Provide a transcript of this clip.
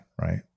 right